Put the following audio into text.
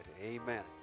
Amen